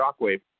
shockwave